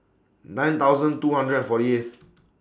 nine thousand two hundred and forty eighth